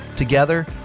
Together